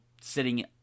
sitting